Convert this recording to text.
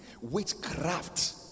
witchcraft